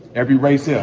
every race. yeah